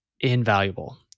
invaluable